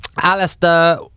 Alistair